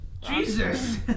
Jesus